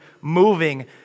moving